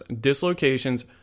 dislocations